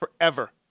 forever